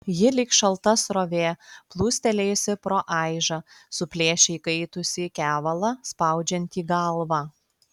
ji lyg šalta srovė plūstelėjusi pro aižą suplėšė įkaitusį kevalą spaudžiantį galvą